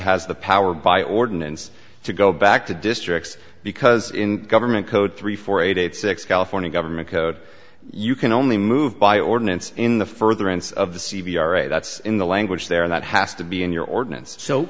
has the power by ordinance to go back to districts because in government code three four eight eight six california government code you can only move by ordinance in the furtherance of the c v r a that's in the language there that has to be in your ordinance so